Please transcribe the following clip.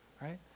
right